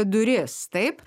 duris taip